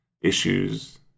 issues